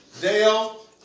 Dale